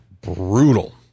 brutal